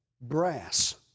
Brass